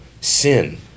sin